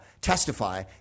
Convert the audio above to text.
testify